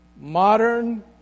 modern